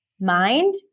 mind